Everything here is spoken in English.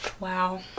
Wow